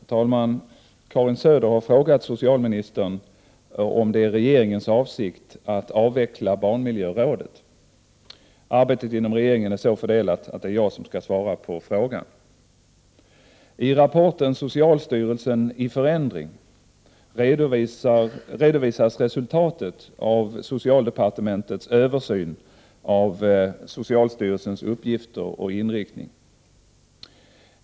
Herr talman! Karin Söder har frågat socialministern om det är regeringens avsikt att avveckla barnmiljörådet. Arbetet inom regeringen är så fördelat att det är jag som skall svara på frågan. I rapporten ”Socialstyrelsen i förändring” redovisas resultatet av socialdepartementets översyn av socialstyrelsens uppgifter och inriktning.